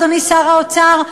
אדוני שר האוצר,